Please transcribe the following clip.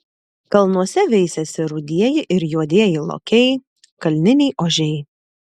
kalnuose veisiasi rudieji ir juodieji lokiai kalniniai ožiai